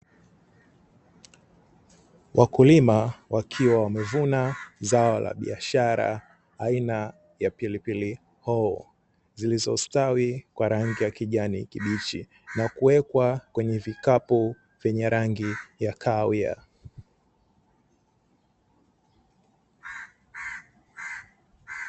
Wakulima wakiwa wamevuna zao la biashara aina ya pilipili hoho, zilizostawi kwa rangi ya kijani kibichi na kuwekwa kwenye vikapu vyenye rangi ya kahawia.